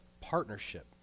partnership